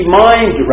mind